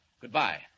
goodbye